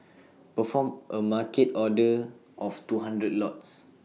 perform A market order of two hundred lots